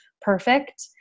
perfect